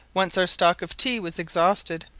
once our stock of tea was exhausted,